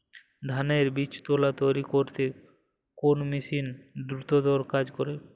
ধানের বীজতলা তৈরি করতে কোন মেশিন দ্রুততর কাজ করে?